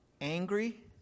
angry